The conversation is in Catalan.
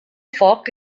foc